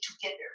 together